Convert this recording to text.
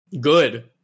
Good